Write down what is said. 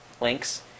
links